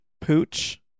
pooch